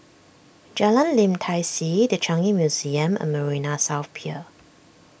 Jalan Lim Tai See the Changi Museum and Marina South Pier